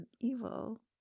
evil